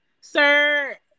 sir